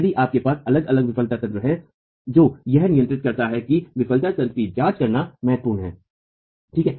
यदि आपके पास अलग अलग विफलता तंत्र हैं जो यह नियंत्रित करता है कि विफलता तंत्र की जांच करना महत्वपूर्ण है ठीक है